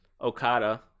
Okada